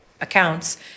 accounts